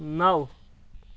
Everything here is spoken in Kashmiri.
نَو